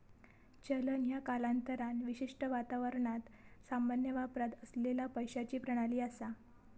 चलन ह्या कालांतरान विशिष्ट वातावरणात सामान्य वापरात असलेला पैशाची प्रणाली असा